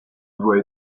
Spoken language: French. dois